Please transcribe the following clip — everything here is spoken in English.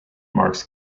marks